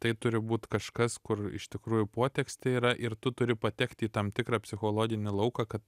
tai turi būt kažkas kur iš tikrųjų potekstė yra ir tu turi patekt į tam tikrą psichologinį lauką kad